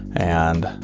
and